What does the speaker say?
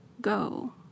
go